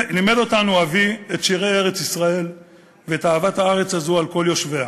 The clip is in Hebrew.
לימד אותנו אבי את שירי ארץ-ישראל ואת אהבת הארץ הזו על כל יושביה.